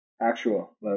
actual